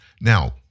Now